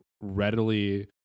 readily